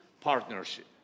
partnership